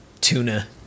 tuna